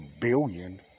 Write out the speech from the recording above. billion